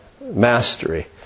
mastery